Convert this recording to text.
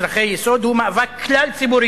של מצרכי יסוד הוא מאבק כלל-ציבורי,